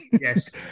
Yes